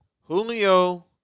Julio